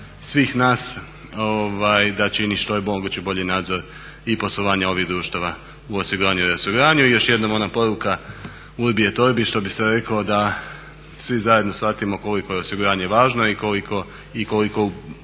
svih nas što je moguće bolji nadzor i poslovanja ovih društava u osiguranju i reosiguranju. I još jednom ona poruka urbi et orbi, što bi se reklo da svi zajedno shvatimo koliko je osiguranje važno i koliko